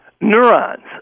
neurons